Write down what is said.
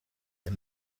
the